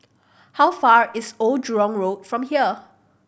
how far away is Old Jurong Road from here